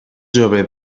jove